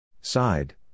Side